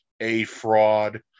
A-Fraud